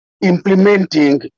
implementing